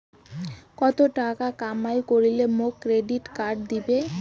কত টাকা কামাই করিলে মোক ক্রেডিট কার্ড দিবে?